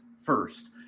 first